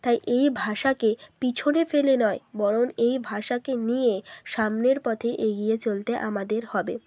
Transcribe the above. তাই এই ভাষাকে পিছনে ফেলে নয় বরং এই ভাষাকে নিয়ে সামনের পথে এগিয়ে চলতে আমাদের হবে